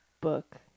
Book